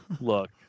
look